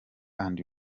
and